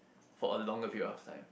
for a longer period of time